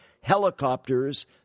helicopters